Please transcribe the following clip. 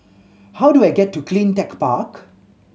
how do I get to Cleantech Park